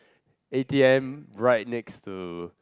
A_T_M right next to